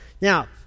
Now